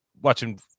watching